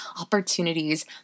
opportunities